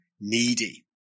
needy